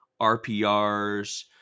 RPRs